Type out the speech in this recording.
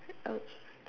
okay